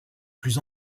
plus